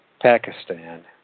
Pakistan